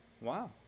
wow